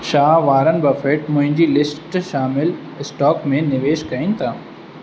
छा Warren Buffett मुंहिंजी list शामिलु स्टॉक में निवेश कनि था